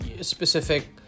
specific